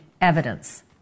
evidence